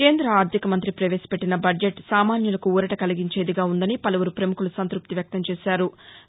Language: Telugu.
కేంద్ర ఆర్థిక మంత్రి ప్రవేశపెట్టిన బద్లెట్ సామాన్యులకు ఊరట కలిగించేదిగా ఉందని పలువురు ప్రముఖులు సంతృప్తి వ్యక్తం చేశారు